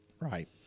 Right